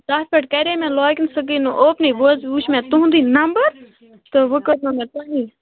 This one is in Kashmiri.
تَتھ پٮ۪ٹھ کَرے مےٚ لاگِن سُہ گٔے نہٕ اوپنٕے وۅنۍ حظ وُچھ مےٚ تُہٕنٛدُے نَمبر تہٕ وۅنۍ کوٚرمو مےٚ تۄہی